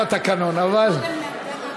זה משהו אחר בתקנון, אבל, קודם כול,